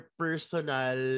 personal